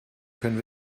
können